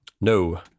No